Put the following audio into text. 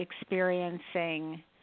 experiencing